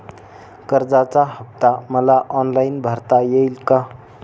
कर्जाचा हफ्ता मला ऑनलाईन भरता येईल का?